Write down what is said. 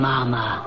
Mama